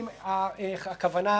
עקרונית.